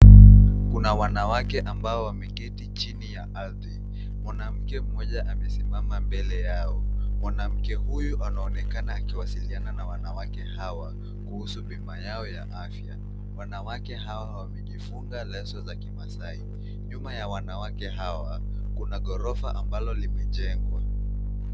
Kuna wanawake ambao wameketi chini ya ardhi. Mwanamke mmoja amesimama mbele yao. Mwanamke huyu anaonekana akiwasiliana na wanawake hawa kuhusu bima yao ya afya. Wanawake hawa wamejifunga leso za kimasai. Nyuma ya wanawake hawa kuna ghorofa ambalo limejengwa.